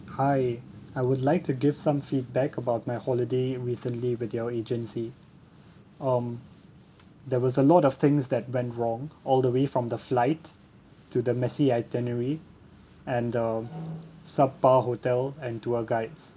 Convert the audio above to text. hi I would like to give some feedback about my holiday recently with your agency um there was a lot of things that went wrong all the way from the flight to the messy itinerary and the subpar hotel and tour guides